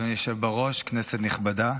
אדוני היושב בראש, כנסת נכבדה,